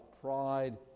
pride